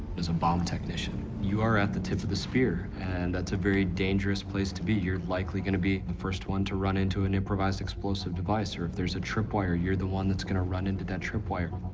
as a bomb technician, you are at the tip of the spear, and that's a very dangerous place to be. you're likely gonna be the first one to run into an improvised explosive device, or if there is a tripwire, you're the one that's gonna run into that tripwire.